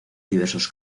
diversos